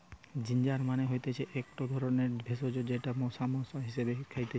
ginger মানে হতিছে একটো ধরণের ভেষজ যেটা মরা মশলা হিসেবে খাইতেছি